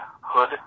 hood